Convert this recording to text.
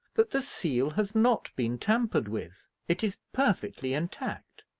that the seal has not been tampered with. it is perfectly intact.